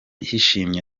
yishimye